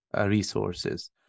resources